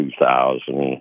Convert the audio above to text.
2,000